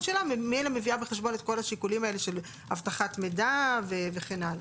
שלו ממילא מביאה בחשבון את כל השיקולים האלה של אבטחת מידע וכן הלאה.